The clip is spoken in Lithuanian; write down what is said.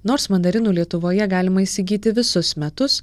nors mandarinų lietuvoje galima įsigyti visus metus